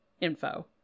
info